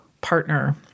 partner